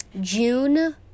June